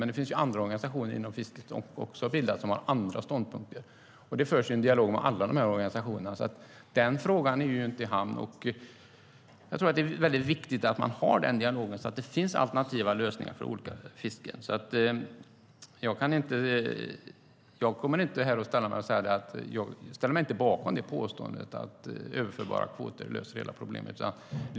Men det finns också andra organisationer inom fisket, som har andra ståndpunkter. Det förs en dialog med alla dessa organisationer. Den frågan är inte i hamn. Jag tror att det är viktigt att man har den dialogen, så att det finns alternativa lösningar för olika fisken. Jag ställer mig inte bakom påståendet att överförbara kvoter löser hela problemet.